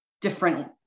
different